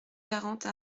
quarante